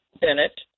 Bennett